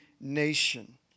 nation